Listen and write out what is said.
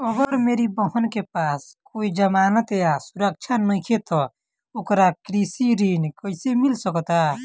अगर मेरी बहन के पास कोई जमानत या सुरक्षा नईखे त ओकरा कृषि ऋण कईसे मिल सकता?